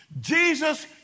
Jesus